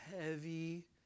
heavy